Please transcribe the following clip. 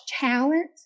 talent